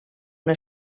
una